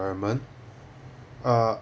environment uh